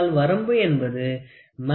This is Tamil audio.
அதனால் வரம்பு என்பது Max Min ஆகும்